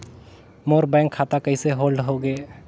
मोर bank खाता कइसे hold होगे?